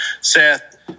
Seth